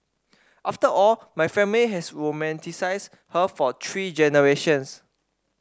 after all my family has romanticised her for three generations